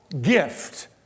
gift